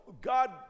god